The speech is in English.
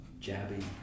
jabby